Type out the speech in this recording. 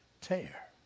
tear